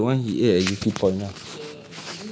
ya lah the one he ate at yew tee point ah